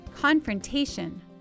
Confrontation